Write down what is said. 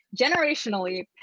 generationally